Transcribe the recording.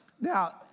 Now